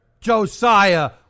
Josiah